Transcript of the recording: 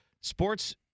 Sports